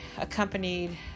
accompanied